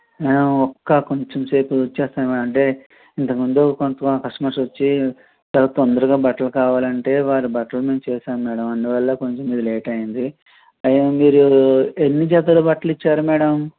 ఒక్క కొంచెం సేపు ఇచ్చేస్తాను అంటే ఇంతకముందు కొంత కస్టమర్స్ వచ్చి చాలా తొందరగా బట్టలు కావాలంటే వారి బట్టలు మేము చేసాము మేడం అందువల్ల కొంచెం మిది లేట్ అయ్యింది మీరు ఎన్ని జతలు బట్టలు ఇచ్చారు మేడం